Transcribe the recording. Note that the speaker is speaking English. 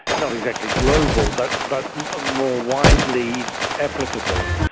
not exactly global, but but ah more widely applicable.